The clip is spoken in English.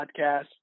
podcast